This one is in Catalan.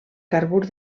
carbur